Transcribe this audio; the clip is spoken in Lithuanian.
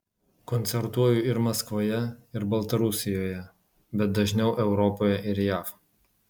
koncertuoju ir maskvoje ir baltarusijoje bet dažniau europoje ir jav